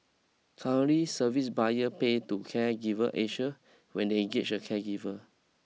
currently service buyer pay to Caregiver Asia when they engage a caregiver